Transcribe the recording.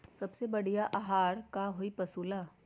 सबसे बढ़िया आहार का होई पशु ला?